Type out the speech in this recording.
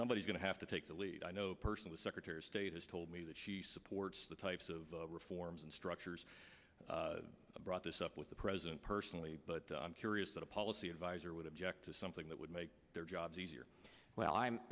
somebody's going to have to take the lead i know personally secretary of state has told me that she supports the types of reforms and structures brought this up with the president personally but i'm curious that a policy adviser would object to something that would make their jobs easier well i'm